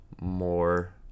more